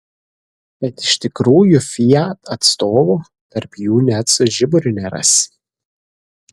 bet iš tikrųjų fiat atstovo tarp jų net su žiburiu nerasi